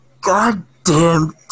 goddamn